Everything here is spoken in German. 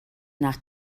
nach